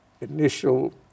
initial